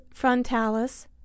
frontalis